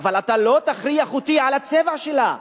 אבל אתה לא תכריח אותי לצבע שלה.